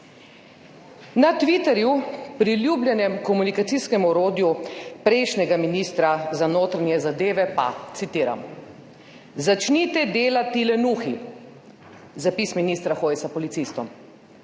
Na Twitterju, priljubljenem komunikacijskem orodju prejšnjega ministra za notranje zadeve, pa, citiram: »Začnite delati, lenuhi!« Zapis ministra Hojsa policistom.